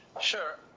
Sure